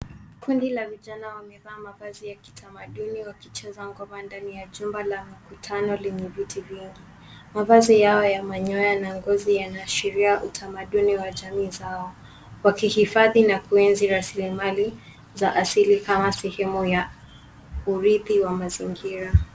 Kundi la vijana wamevaa mavazi ya kitamaduni wakicheza ngoma ndani ya jumba la mkutano lenye viti vingi. Mavazi yao ya manyoya na ngozi yanaashiria utamaduni wa jamii zao, wakihifadhi na kuenzi rasilimali za asili kama sehemu ya urithi wa mazingira.